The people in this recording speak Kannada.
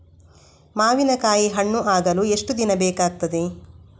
ಮಾವಿನಕಾಯಿ ಹಣ್ಣು ಆಗಲು ಎಷ್ಟು ದಿನ ಬೇಕಗ್ತಾದೆ?